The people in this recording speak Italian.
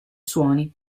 suoni